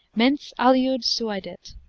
mens aliud suadet,